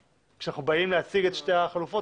כשאנחנו באים להציג את שתי החלופות,